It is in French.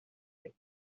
est